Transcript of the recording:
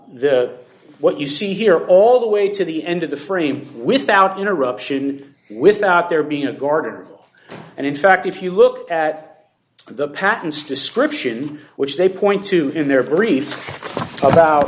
the what you see here all the way to the end of the frame without interruption without there being a guard and in fact if you look at the patents description which they point to in their brief about